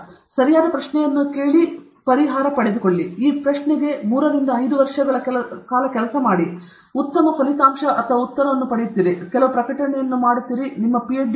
ನೀವು ಸರಿಯಾದ ಪ್ರಶ್ನೆಯನ್ನು ಕೇಳಿ ನೀವು ಪರಿಹರಿಸುತ್ತೀರಿ ನೀವು ಈ ಪ್ರಶ್ನೆಗೆ ಮೂರು ರಿಂದ ಐದು ವರ್ಷಗಳವರೆಗೆ ಕೆಲಸ ಮಾಡುತ್ತೀರಿ ನೀವು ಉತ್ತಮ ಉತ್ತರವನ್ನು ಪಡೆಯುತ್ತೀರಿ ನೀವು ಕೆಲವು ಪ್ರಕಟಣೆಯನ್ನು ಪಡೆಯುತ್ತೀರಿ ನಿಮ್ಮ Ph